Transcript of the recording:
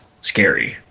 scary